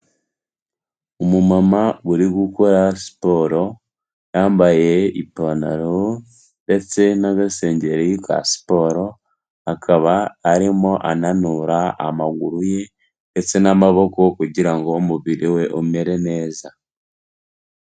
Umumama uri gukora siporo yambaye ipantaro ndetse n'agasengeri ka siporo, akaba arimo ananura amaguru ye ndetse n'amaboko kugira ngo umubiri we umere neza.